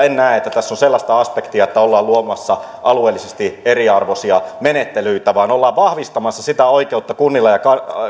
en näe että tässä lakiesityksessä on sellaista aspektia että ollaan luomassa alueellisesti eriarvoisia menettelyitä vaan ollaan vahvistamassa sitä oikeutta